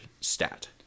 stat